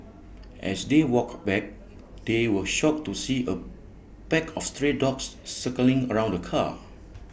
as they walked back they were shocked to see A pack of stray dogs circling around the car